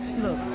Look